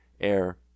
air